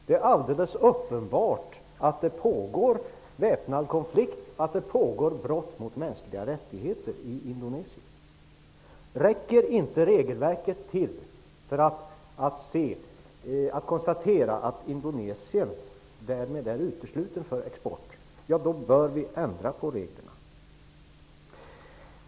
Det är alldeles uppenbart att det pågår väpnad konflikt, att det pågår brott mot mänskliga rättigheter i Indonesien. Räcker inte regelverket till för att konstatera att Indonesien därmed är uteslutet för export, då bör vi ändra på reglerna.